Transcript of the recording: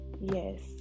yes